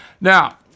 Now